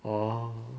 oh